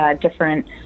different